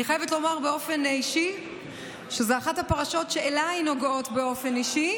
חברי הכנסת, נעבור לנושא הבא בסדר-היום,